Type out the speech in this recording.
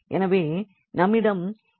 எனவே நம்மிடம் X இருக்கும்